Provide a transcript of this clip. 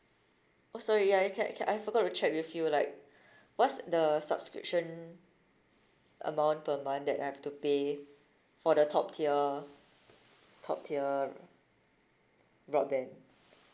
oh sorry ya I ca~ ca~ I forgot to check with you like what's the subscription amount per month that I have to pay for the top tier top tier broadband